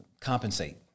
compensate